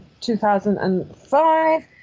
2005